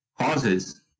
causes